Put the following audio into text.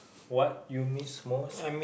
what you miss most